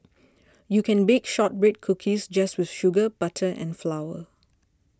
you can bake Shortbread Cookies just with sugar butter and flour